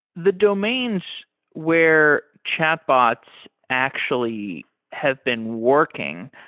the domains where chatbots actually have been working,